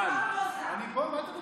הוא לא יודע.